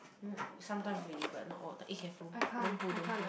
sometimes already but not all eh careful don't pull don't pull